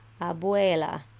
abuela